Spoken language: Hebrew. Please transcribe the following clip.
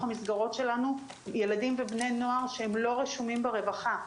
המסגרות שלנו ילדים ובני נוער שהם לא רשומים ברווחה,